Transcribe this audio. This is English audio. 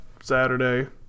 Saturday